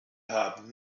haben